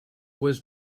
was